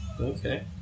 Okay